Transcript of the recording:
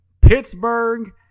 Pittsburgh